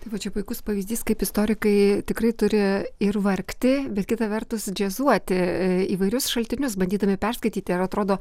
taip va čia puikus pavyzdys kaip istorikai tikrai turi ir vargti bet kita vertus džiazuoti įvairius šaltinius bandydami perskaityti ir atrodo